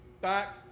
back